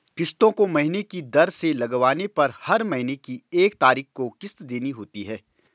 किस्तों को महीने की दर से लगवाने पर हर महीने की एक तारीख को किस्त देनी होती है